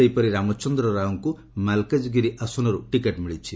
ସେହିପରି ରାମଚନ୍ଦ୍ର ରାଓଙ୍କୁ ମାଲ୍କାଜଗିରି ଆସନରୁ ଟିକେଟ୍ ମିଳିଛି